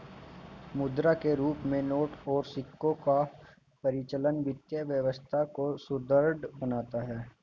मुद्रा के रूप में नोट और सिक्कों का परिचालन वित्तीय व्यवस्था को सुदृढ़ करता है